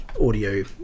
audio